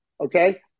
okay